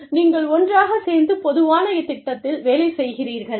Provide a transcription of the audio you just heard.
நீங்கள் ஒன்றாகச் சேர்ந்து பொதுவான திட்டத்தில் வேலை செய்கிறீர்கள்